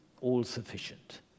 all-sufficient